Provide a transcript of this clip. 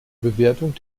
bewertung